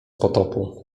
potopu